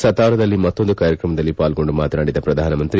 ಸತಾರದಲ್ಲಿ ಮತ್ತೊಂದು ಕಾರ್ಯಕ್ರಮದಲ್ಲಿ ಪಾಲ್ಗೊಂಡು ಮಾತನಾಡಿದ ಪ್ರಧಾನಮಂತ್ರಿ